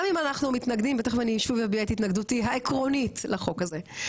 גם אם אנחנו מתנגדים ותכף אני שוב יביע את התנגדותי העקרונית לחוק הזה.